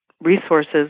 Resources